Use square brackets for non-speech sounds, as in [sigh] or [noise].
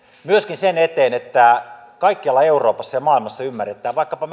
myöskin sen eteen että kaikkialla euroopassa ja maailmassa ymmärretään vaikkapa [unintelligible]